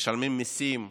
משלמים מיסים,